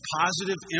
positive